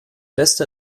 beste